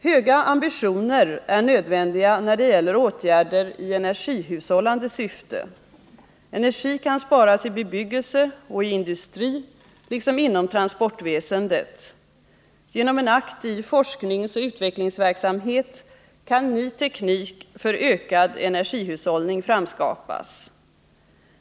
Höga ambitioner är nödvändiga när det gäller åtgärder i energihushållande syfte. Energi kan sparas i bebyggelse och industri, liksom inom transportväsendet. Genom en aktiv forskningsoch utvecklingsverksamhet kan ny teknik för ökad energihushållning framskapas.